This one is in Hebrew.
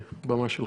בבקשה, הבמה שלך.